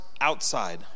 outside